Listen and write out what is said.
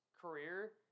career –